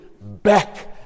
back